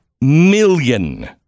million